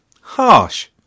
Harsh